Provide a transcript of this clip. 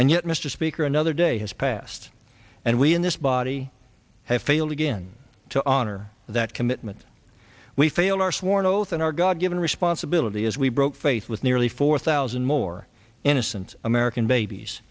and yet mr speaker another day has passed and we in this body have failed again to honor that commitment we failed our sworn oath and our god given responsibility as we broke faith with nearly four thousand more innocent american babies